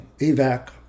EVAC